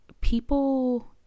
people